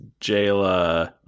Jayla